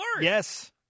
Yes